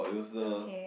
okay